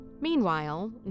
Meanwhile